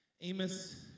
Amos